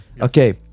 okay